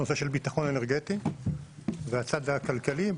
הנושא של ביטחון אנרגטי והצד הכלכלי.